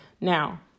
now